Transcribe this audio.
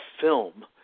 film